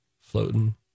floating